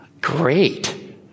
Great